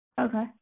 Okay